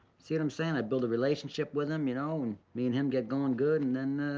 see what i'm saying? i build a relationship with him, you know, and me and him get going good, and then